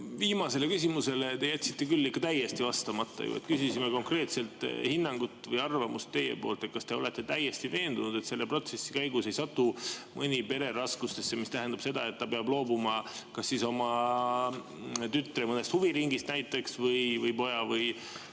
Viimasele küsimusele te jätsite küll ikka täiesti vastamata. Küsisime teilt konkreetset hinnangut või arvamust, kas te olete täiesti veendunud, et selle protsessi käigus ei satu mõni pere raskustesse, mis tähendab seda, et ta peab loobuma näiteks kas oma tütre või poja mõnest huviringist või valima